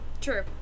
True